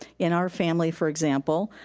in our family for example,